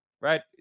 right